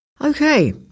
Okay